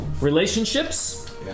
relationships